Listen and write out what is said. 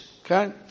Okay